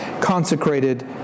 consecrated